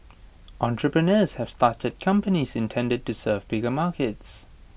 entrepreneurs have started companies intended to serve bigger markets